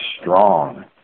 strong